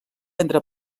entre